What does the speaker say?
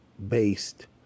based